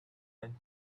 and